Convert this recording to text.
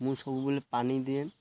ମୁଁ ସବୁବେଲେ ପାଣି ଦିଏ